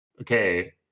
okay